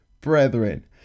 Brethren